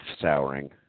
souring